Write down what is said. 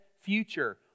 future